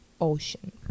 ocean